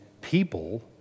people